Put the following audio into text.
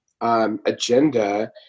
agenda